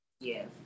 yes